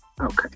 Okay